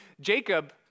Jacob